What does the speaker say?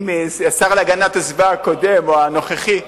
אם השר להגנת הסביבה הקודם או הנוכחי,